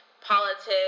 politics